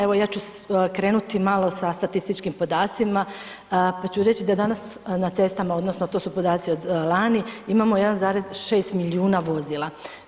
Evo, ja ću krenuti malo sa statističkim podacima, pa ću reći da danas na cestama odnosno to su podaci od lani, imamo 1,6 milijuna vozila.